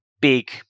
big